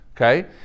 okay